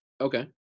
Okay